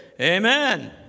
amen